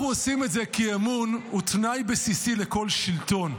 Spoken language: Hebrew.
אנחנו עושים את זה כי אמון הוא תנאי בסיסי לכל שלטון.